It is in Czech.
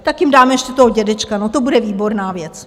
Tak jim dáme ještě toho dědečka, no, to bude výborná věc.